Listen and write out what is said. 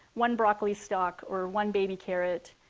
one broccoli stalk or one baby carrot,